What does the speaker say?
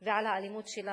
ועל האלימות שלה,